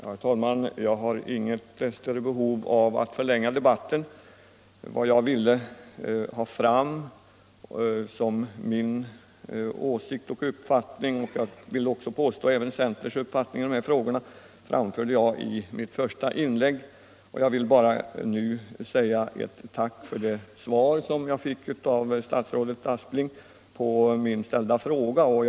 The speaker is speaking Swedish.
Herr talman! Jag har inget större behov av att förlänga debatten. Vad jag ville ha fram som min uppfattning — och jag vill påstå även centerns uppfattning — i dessa frågor framförde jag i mitt första inlägg, och jag uttalar nu bara ett tack för det svar som jag fick av statsrådet Aspling på den fråga jag ställde.